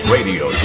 Radio